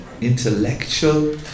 intellectual